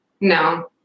No